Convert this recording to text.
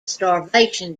starvation